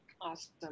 Awesome